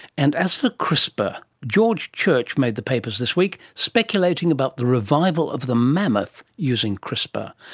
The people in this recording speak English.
and as for crispr, george church made the papers this week, speculating about the revival of the mammoth using crispr.